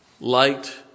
Light